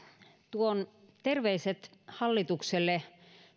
tuon terveiset hallitukselle